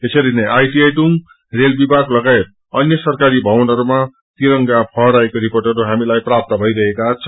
यसरीनै ITI Tung rail विभाग लगायत अन्य सरकारी भवनहरूमा तिरंगा फहराएको रिर्पोटहरू हामीलाई प्राप्त भईरहेका छन्